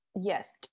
yes